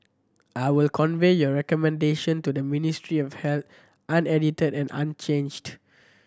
I will convey your recommendation to the Ministry of Health unedited and unchanged